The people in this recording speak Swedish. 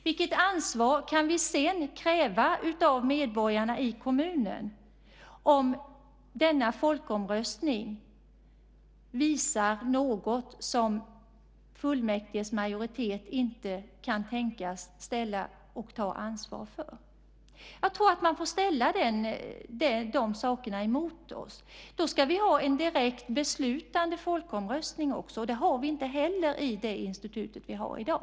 Vilket ansvar kan vi sedan kräva av medborgarna i kommunen om folkomröstningen visar något som fullmäktiges majoritet inte kan ta ansvar för? Jag tror att vi får ställa dessa saker emot oss. Det innebär ju också att vi får direkt beslutande folkomröstningar. Det har vi ju inte i det folkomröstningsinstitut vi har i dag.